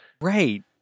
Right